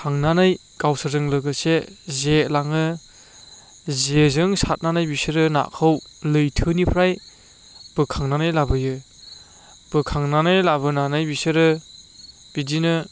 थांनानै गावसोरजों लोगोसे जे लाङो जेजों सारनानै बिसोरो नाखौ लैथोनिफ्राय बोखांनानै लाबोयो बोखांनानै लाबोनानै बिसोरो बिदिनो